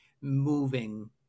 moving